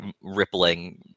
rippling